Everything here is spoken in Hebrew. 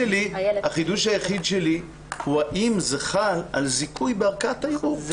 החידוש היחיד שלי הוא אם זה חל על זיכוי בערכאת הערעור.